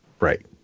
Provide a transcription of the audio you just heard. Right